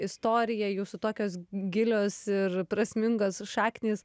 istoriją jūsų tokios gilios ir prasmingas šaknys